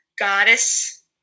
goddess